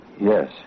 Yes